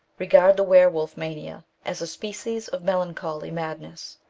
regard the were-wolf mania as a species of melancholy madness,